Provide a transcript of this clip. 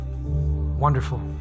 Wonderful